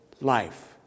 life